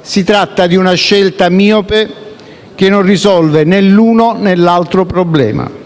Si tratta di una scelta miope, che non risolve né l'uno né l'altro problema.